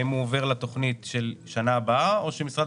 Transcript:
האם הוא עובר לתוכנית של שנה הבאה או שמשרד